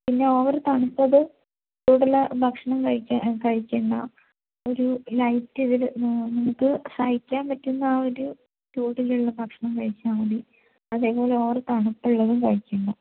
പിന്നെ ഓവര് തണുത്തത് ചൂടുള്ള ഭക്ഷണം കഴിക്കേണ്ട ഒരു ലൈറ്റിതില് നമുക്കു സഹിക്കാൻ പറ്റുന്ന ആ ഒരു ചൂടിലുള്ള ഭക്ഷണം കഴിച്ചാല് മതി അതേപോലെ ഓവര് തണുപ്പുള്ളതും കഴിക്കണ്ട